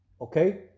Okay